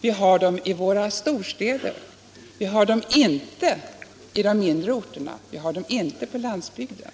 Vi har dem i våra storstäder; vi har dem inte i de mindre orterna, inte på landsbygden.